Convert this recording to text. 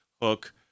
hook